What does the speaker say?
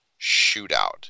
shootout